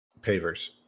pavers